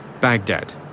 Baghdad